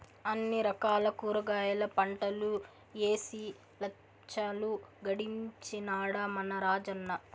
అన్ని రకాల కూరగాయల పంటలూ ఏసి లచ్చలు గడించినాడ మన రాజన్న